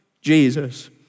Jesus